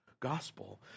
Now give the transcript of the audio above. gospel